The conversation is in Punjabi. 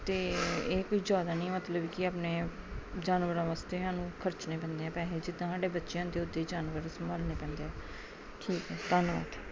ਅਤੇ ਇਹ ਕੁਝ ਜ਼ਿਆਦਾ ਨਹੀਂ ਮਤਲਬ ਕਿ ਆਪਣੇ ਜਾਨਵਰਾਂ ਵਾਸਤੇ ਸਾਨੂੰ ਖਰਚਣੇ ਪੈਂਦੇ ਹੈ ਪੈਸੇ ਜਿੱਦਾਂ ਸਾਡੇ ਬੱਚੇ ਹੁੰਦੇ ਉਹਦੀ ਜਾਨਵਰ ਸੰਭਾਲਣੇ ਪੈਂਦੇ ਆ ਠੀਕ ਹੈ ਧੰਨਵਾਦ